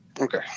okay